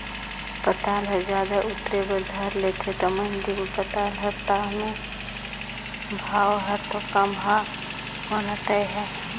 पताल ह जादा उतरे बर धर लेथे त मंडी मे पताल हर ताह ले भाव हर तो कम ह होना तय हे